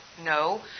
No